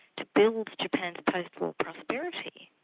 to build japan's post-war prosperity,